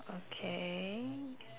okay